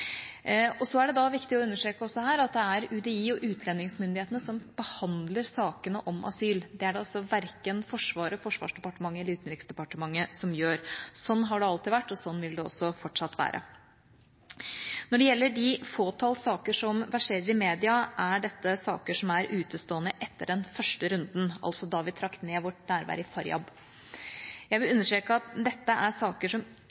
dette. Så er det også viktig å understreke her at det er UDI og utlendingsmyndighetene som behandler sakene om asyl. Det er det verken Forsvaret, Forsvarsdepartementet eller Utenriksdepartementet som gjør. Slik har det alltid vært, og slik vil det også fortsatt være. Når det gjelder de fåtall saker som verserer i media, er dette saker som er utestående etter den første runden, altså da vi trakk ned vårt nærvær i Faryab. Jeg vil understreke at dette er saker som